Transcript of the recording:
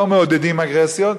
לא מעודדים אגרסיביות.